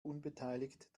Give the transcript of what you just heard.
unbeteiligt